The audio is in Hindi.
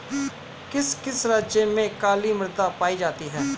किस किस राज्य में काली मृदा पाई जाती है?